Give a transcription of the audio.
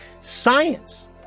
Science